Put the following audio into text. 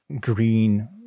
green